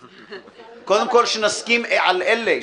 קודם כול שנסכים על אלה,